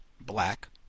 black